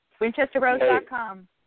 WinchesterRose.com